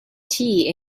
tea